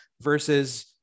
versus